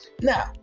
Now